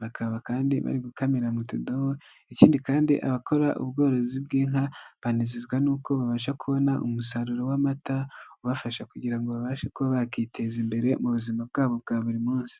bakaba kandi bari gukamira mu tudobo, ikindi kandi abakora ubworozi bw'inka banezezwa n'uko babasha kubona umusaruro w'amata ubafasha kugira ngo babashe kuba bakiteza imbere mu buzima bwabo bwa buri munsi.